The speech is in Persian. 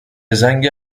زنگ